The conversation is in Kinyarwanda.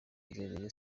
rayon